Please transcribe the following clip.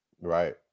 Right